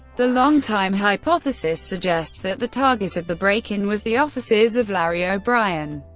the longtime hypothesis suggests that the target of the break-in was the offices of larry o'brien,